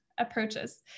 approaches